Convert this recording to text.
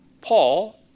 Paul